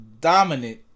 dominant